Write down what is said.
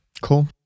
Cool